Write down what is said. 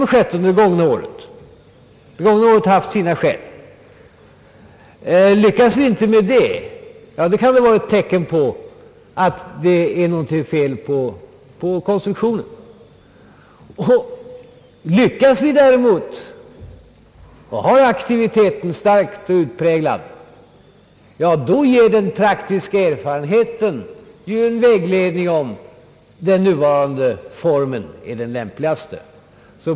Det gångna årets ringa aktivitet har haft sina orsaker. Lyckas vi inte med detta kan det tyda på att någonting är fel i konstruktionen. Lyckas vi däremot och får en utpräglad aktivitet, ja, då ger den praktiska erfarenheten besked om att nuvarande form är den lämpligaste.